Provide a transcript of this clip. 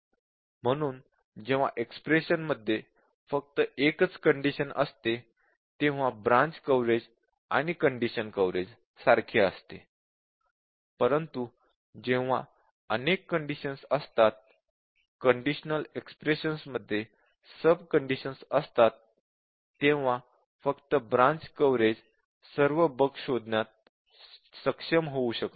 म्हणून जेव्हा एक्स्प्रेशन मध्ये फक्त एकच कंडिशन असते तेव्हा ब्रांच कव्हरेज आणि कंडिशन कव्हरेज सारखे असते परंतु जेव्हा अनेक कंडिशन्स असतात कंडिशनल एक्स्प्रेशन मध्ये सब कंडिशन्स असतात तेव्हा फक्त ब्रांच कव्हरेज सर्व बग शोधण्यात सक्षम होऊ शकत नाही